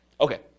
Okay